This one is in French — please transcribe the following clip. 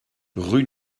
route